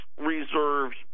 reserves